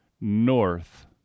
north